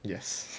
yes